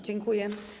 Dziękuję.